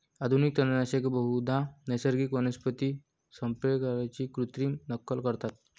आधुनिक तणनाशके बहुधा नैसर्गिक वनस्पती संप्रेरकांची कृत्रिम नक्कल करतात